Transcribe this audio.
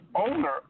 owner